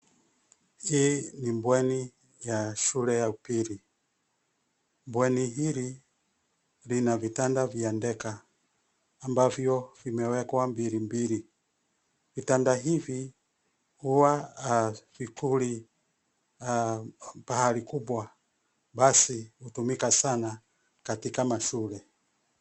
Hii ni bweni ya shule ya upili. Bweni hili lina vitanda vya decker ambavyo vimewekwa mbili mbili. Vitanda hivi huwa havikuli pahali kubwa basi hutumika sana katika mashule.